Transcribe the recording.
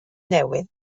newydd